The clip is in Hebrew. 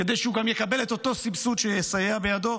כדי שהוא גם יקבל את אותו סבסוד שיסייע בידו,